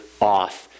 off